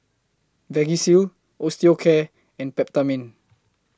Vagisil Osteocare and Peptamen